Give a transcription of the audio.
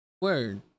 Word